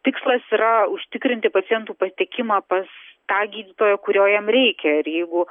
tikslas yra užtikrinti pacientų patekimą pas tą gydytoją kurio jam reikia ir jeigu